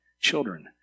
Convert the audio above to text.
children